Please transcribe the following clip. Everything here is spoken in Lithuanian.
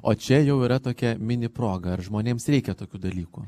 o čia jau yra tokia mini proga ar žmonėms reikia tokių dalykų